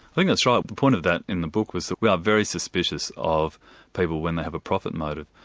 think that's right. the point of that in the book was that we are very suspicious of people when they have a profit motive.